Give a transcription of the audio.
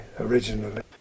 originally